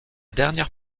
dernière